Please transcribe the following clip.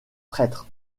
prêtre